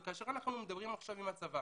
כאשר אנחנו מדברים עכשיו עם הצבא